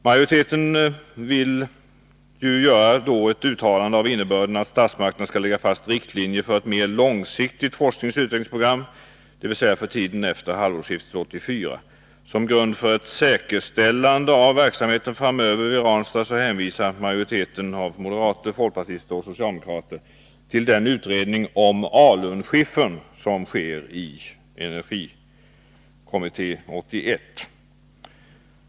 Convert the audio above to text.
Majoriteten vill göra ett uttalande av innebörd att statsmakterna skall lägga fast riktlinjer för ett mer långsiktigt forskningsoch utvecklingsprogram, dvs. för tiden efter halvårsskiftet 1984. Som grund för ett ”säkerställande” av verksamheten framöver vid Ranstad hänvisar majoriteten av moderater, folkpartister och socialdemokrater till den utredning om alunskiffern som sker i 1981 års energikommitté.